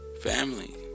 family